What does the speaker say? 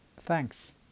Thanks